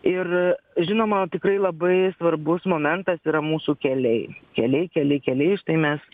ir žinoma tikrai labai svarbus momentas yra mūsų keliai keliai keliai keliai štai mes